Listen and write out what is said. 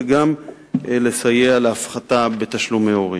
וגם כדי לסייע בהפחתת תשלומי הורים.